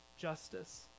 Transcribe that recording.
justice